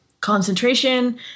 concentration